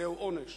זהו עונש.